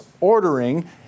ordering